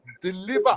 deliver